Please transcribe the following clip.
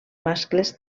mascles